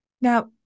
Now